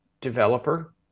developer